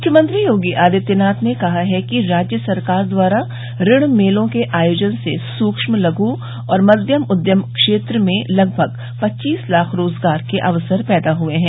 मुख्यमंत्री योगी आदित्यनाथ ने कहा कि राज्य सरकार द्वारा ऋण मेलों के आयोजन से सूक्ष्म लघु और मध्यम उद्यम क्षेत्र में लगभग पच्चीस लाख रोजगार के अवसर पैदा हुए हैं